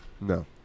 No